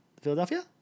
Philadelphia